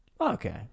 Okay